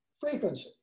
frequency